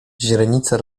źrenice